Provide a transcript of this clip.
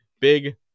Big